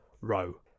row